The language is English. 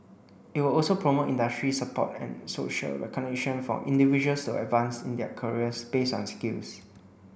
it will also promote industry support and social recognition for individuals to advance in their careers based on skills